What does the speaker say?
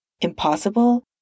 Impossible